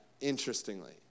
interestingly